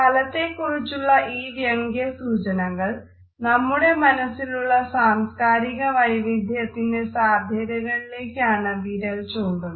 സ്ഥലത്തെക്കുറിച്ചുള്ള ഈ വ്യംഗ്യസൂചനകൾ നമ്മുടെ മനസ്സിലുള്ള സാംസ്കാരിക വൈവിധ്യത്തിന്റെ സാധ്യതകളിലേക്കാണ് വിരൽ ചൂണ്ടുന്നത്